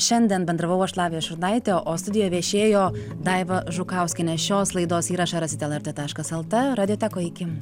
šiandien bendravau aš lavija šurnaitė o studijoj viešėjo daiva žukauskienė šios laidos įrašą rasit lrt taškas lt radiotekoj iki